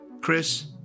Chris